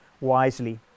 wisely